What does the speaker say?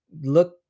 look